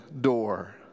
door